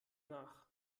nach